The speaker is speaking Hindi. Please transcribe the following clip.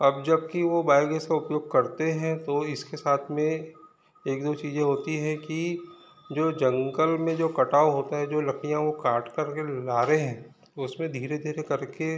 अब जबकि वो बायोगैस का उपयोग करते है तो इसके साथ में एक दो चीजें होती है कि जो जंगल में जो कटाव होते हैं जो लकड़ियाँ वो काट करके ले जा रहें हैं उसमें धीरे धीरे करके